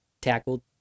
tackled